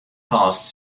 passed